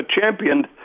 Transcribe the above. championed